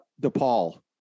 DePaul